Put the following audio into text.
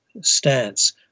stance